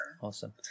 Awesome